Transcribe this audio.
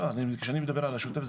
כאשר אני מדבר על השוטף,